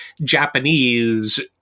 Japanese